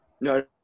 No